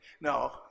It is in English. no